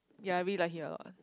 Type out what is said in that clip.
ya I really like here ah